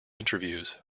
interviews